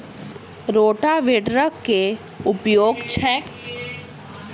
रोटावेटरक केँ उपयोग छैक?